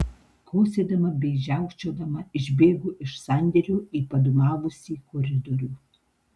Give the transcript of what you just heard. kosėdama bei žiaukčiodama išbėgu iš sandėlio į padūmavusį koridorių